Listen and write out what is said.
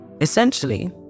Essentially